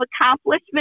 accomplishment